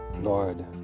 Lord